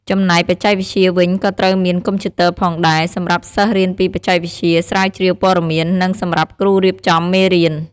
ចំណែកបច្ចេកវិទ្យាវិញក៏ត្រូវមាន កុំព្យូទ័រផងដែរ សម្រាប់សិស្សរៀនពីបច្ចេកវិទ្យា ស្រាវជ្រាវព័ត៌មាន និងសម្រាប់គ្រូរៀបចំមេរៀន។